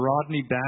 Rodney